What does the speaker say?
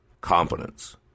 competence